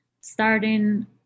starting